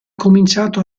cominciato